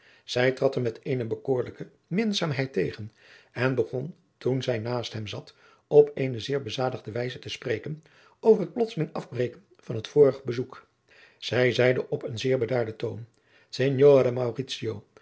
zij trad hem met eene bekoorlijke minzaamheid tegen en begon toen zij naast hem zat op eene zeer bezadigde wijze te spreken over het plotseling afbreken van het vorig bezoek zij zeide op eenen zeer bedaarden toon